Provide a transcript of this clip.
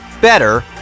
Better